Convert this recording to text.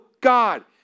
God